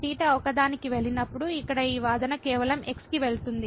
θ ఒకదానికి వెళ్ళినప్పుడు ఇక్కడ ఈ వాదన కేవలం x కి వెళుతుంది